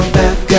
back